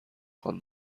خوان